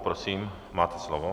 Prosím, máte slovo.